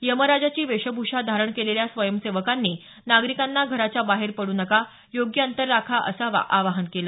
यमराजाची वेशभूषा धारण केलेल्या स्वयंसेवकांनी नागरिकांना घराच्या बाहेर पडू नका योग्य अंतर राखा असं आवाहन केलं